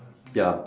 ya